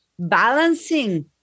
balancing